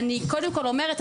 אני קודם כל אומרת,